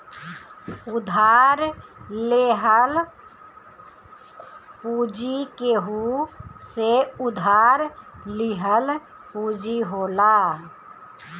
उधार लेहल पूंजी केहू से उधार लिहल पूंजी होला